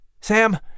Sam